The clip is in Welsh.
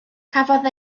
cafodd